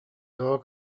тоҕо